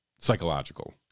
psychological